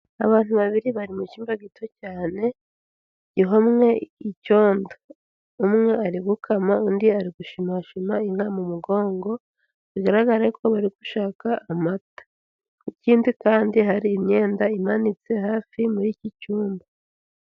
Abantu babiri bari mu cyumba gito cyane, gihomwe icyondo, umwe ari gukama undi ari gushimashima mu mugongo, bigaragare ko bari gushaka amata, ikindi kandi hari imyenda imanitse hafi muri iki cyumba.